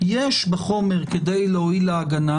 שיש בחומר כדי להועיל להגנה,